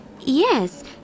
Yes